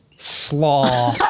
Slaw